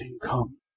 come